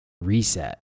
reset